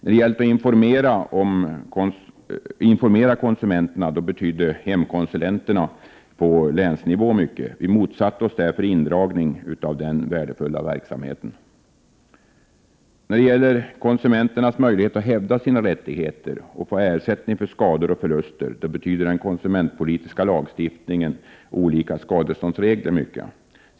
Då det var fråga om att informera konsumenterna betydde hemkonsulenterna på länsnivå mycket. Vi motsatte oss därför indragning av denna värdefulla verksamhet. När det gäller konsumenternas möjlighet att hävda sina rättigheter och få ersättning för skador och förluster betyder den konsumentpolitiska lagstiftningen och olika skadeståndsregler mycket.